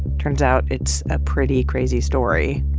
turns out, it's a pretty crazy story,